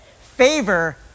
Favor